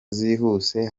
zihuse